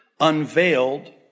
unveiled